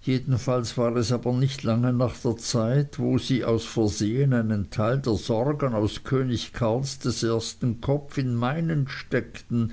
jedenfalls war es aber nicht lange nach der zeit wo sie aus versehen einen teil der sorgen aus könig karls i kopf in meinen steckten